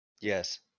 Yes